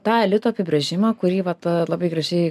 tą elito apibrėžimą kurį vat labai gražiai